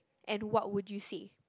and what would you say